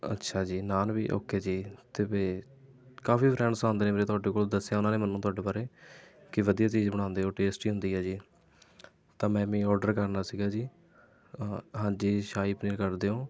ਅੱਛਾ ਜੀ ਨਾਨ ਵੀ ਓਕੇ ਜੀ ਅਤੇ ਫੇਰ ਕਾਫੀ ਫਰੈਂਡਜ਼ ਆਉਂਦੇ ਨੇ ਵੀਰੇ ਤੁਹਾਡੇ ਕੋਲ ਦੱਸਿਆ ਉਨ੍ਹਾਂ ਨੇ ਮੈਨੂੰ ਤੁਹਾਡੇ ਬਾਰੇ ਕਿ ਵਧੀਆ ਚੀਜ਼ ਬਣਾਉਂਦੇ ਹੋ ਟੇਸਟੀ ਹੁੰਦੀ ਹੈ ਜੀ ਤਾਂ ਮੈਂ ਵੀ ਓਡਰ ਕਰਨਾ ਸੀ ਜੀ ਹਾਂ ਹਾਂਜੀ ਸ਼ਾਹੀ ਪਨੀਰ ਕਰ ਦਿਓ